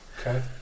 Okay